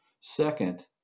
Second